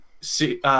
See